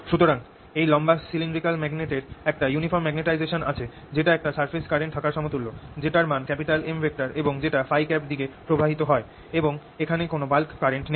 সুতরাং এই লম্বা সিলিন্ড্রিকাল ম্যাগনেটের এর একটা ইউনিফর্ম মাগনেটাইজেশান আছে যেটা একটা সারফেস কারেন্ট থাকার সমতুল্য যেটার মান M এবং যেটা ø দিকে প্রবাহিত হয় এবং এখানে কোন বাল্ক কারেন্ট নেই